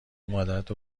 مادرتو